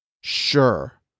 Sure